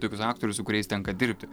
tokius aktorius su kuriais tenka dirbti